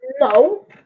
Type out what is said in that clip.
No